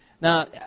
Now